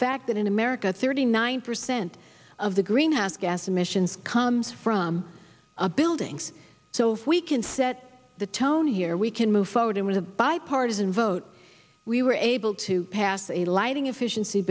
fact that in america thirty nine percent of the greenhouse gas emissions comes from a buildings so we can set the tone here we can move forward with a bipartisan vote we were able to pass a lighting efficiency